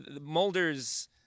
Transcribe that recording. Mulder's –